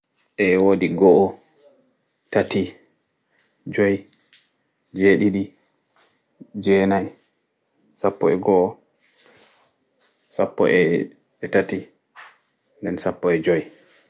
Eeh woɗi go'o tati jui jeɗiɗi jenai sappo e' go'o sappo e' tati nɗen sappo e' jui